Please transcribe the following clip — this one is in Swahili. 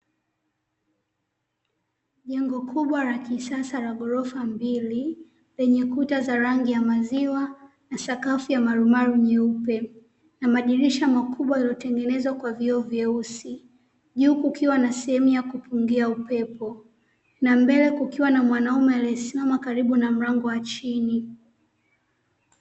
Jengo kubwa la kisasa la ghorofa mbili, lenye kuta za rangi ya maziwa, na sakafu ya marumaru nyeupe, na madirisha makubwa yaliyotengenezwa kwa vioo vyeusi. Juu kukiwa na sehemu ya kupungia upepo; na mbele kukiwa na mwanaume aliyesimama karibu na mlango wa chini.